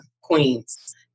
Queens